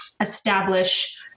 establish